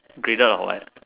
graded or what